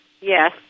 Yes